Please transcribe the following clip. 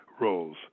roles